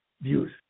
views